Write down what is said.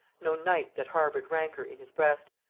no night that harboured rancour in his breast,